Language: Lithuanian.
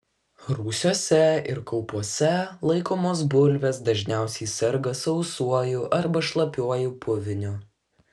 rūsiuose ir kaupuose laikomos bulvės dažniausiai serga sausuoju arba šlapiuoju puviniu